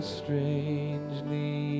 strangely